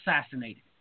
assassinated